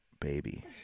baby